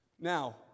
Now